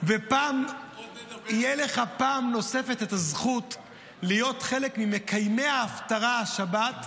-- והפעם תהיה לך פעם נוספת הזכות להיות חלק ממקיימי ההפטרה השבת,